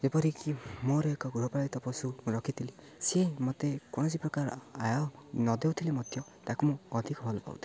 ଯେପରିକି ମୋର ଏକ ଗୃହପାଳିତ ପଶୁ ମୁଁ ରଖିଥିଲି ସିଏ ମୋତେ କୌଣସି ପ୍ରକାର ଆୟ ନ ଦେଉଥିଲେ ମଧ୍ୟ ତାକୁ ମୁଁ ଅଧିକ ଭଲ ପାଉଥିଲି